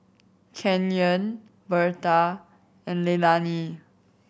Kenyon Berta and Leilani